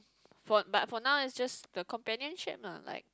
for but for now it's just the companionship lah like